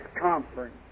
Conference